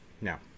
Now